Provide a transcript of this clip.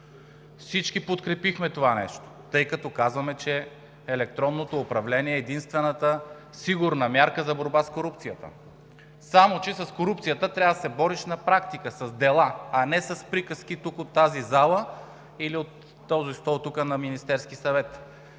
Всички подкрепихме това нещо, тъй като казваме, че електронното управление е единствената сигурна мярка за борба с корупцията, само че с корупцията трябва да се бориш на практика, с дела, а не с приказки тук, от тази зала, или от този стол тук на Министерския съвет.